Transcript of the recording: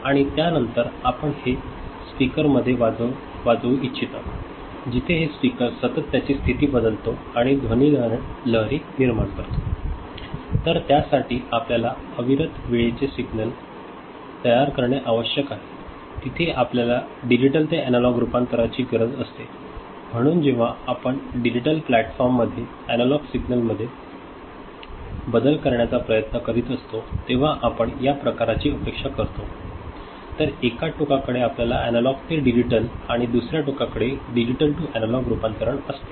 आणि त्यानंतर आपण हे स्पीकर मध्ये वाजव इच्छिता जिथे हे स्पीकर सतत त्याची स्थिती बदलतो आणि ध्वनी लहरी निर्माण करतो तर त्यासाठी आपल्याला अविरत वेळेचे सिग्नल तयार करणे आवश्यक आहे तिथे आपल्याला डिजिटल ते अॅनालॉग रूपांतराची गरज असते म्हणून जेव्हा आपण डिजिटल प्लॅटफॉर्ममध्ये अॅनालॉग सिग्नलमध्ये बदल करण्याचा प्रयत्न करीत असतो तेव्हा आपण या प्रकारची अपेक्षा करतो तर एका टोकाकडे आपल्याकडे अॅनालॉग ते डिजिटल आणि दुसऱ्या टोकाला डिजिटल ते अॅनालॉग रूपांतरण असतील